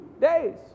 days